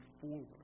forward